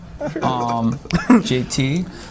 JT